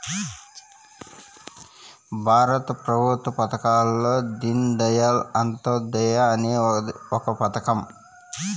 భారత ప్రభుత్వ పథకాల్లో దీన్ దయాళ్ అంత్యోదయ అనేది ఒక పథకం